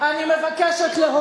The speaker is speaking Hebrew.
אני רוצה לומר משהו.